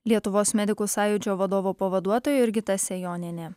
lietuvos medikų sąjūdžio vadovo pavaduotoja jurgita sejonienė